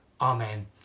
Amen